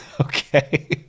Okay